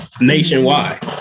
nationwide